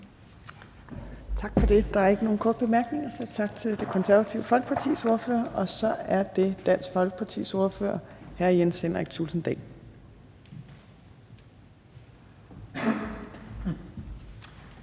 Tak for det. Der er ikke nogen korte bemærkninger, så tak til Det Konservative Folkepartis ordfører. Og så er det Dansk Folkepartis ordfører, hr. Jens Henrik Thulesen Dahl.